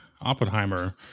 Oppenheimer